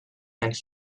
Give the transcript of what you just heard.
and